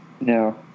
No